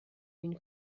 une